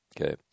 okay